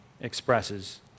expresses